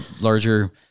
larger